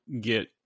get